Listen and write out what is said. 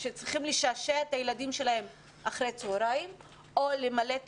שצריכות לשעשע את הילדים שלהם אחר הצהרים או למלא את